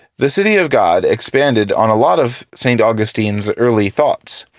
the city of god expanded on a lot of st. augustine's early thoughts,